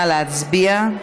נא להצביע.